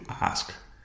ask